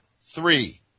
three